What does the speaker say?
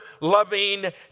loving